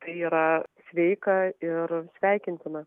tai yra sveika ir sveikintina